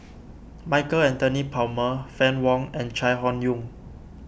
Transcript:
Michael Anthony Palmer Fann Wong and Chai Hon Yoong